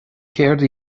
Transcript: céard